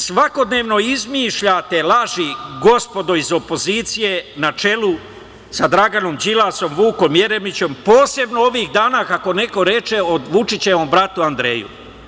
Svakodnevno izmišlja te laži, gospodo iz opozicije, na čelu sa Draganom Đilasom, Vukom Jeremićem, posebno ovih dana, kako neko reče, o Vučićevom bratu Andreju.